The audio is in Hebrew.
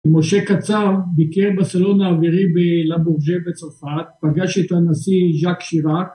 משה קצר ביקר בסלון האווירי בלבורג'ה בצרפת, פגש איתו הנשיא ז'אק שירק